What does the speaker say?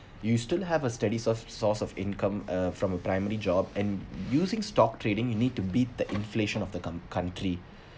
you still have a steady source source of income uh from a primary job and using stock trading you need to beat the inflation of the com~ country